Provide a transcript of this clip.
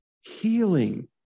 healing